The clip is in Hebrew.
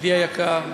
ידידי היקר,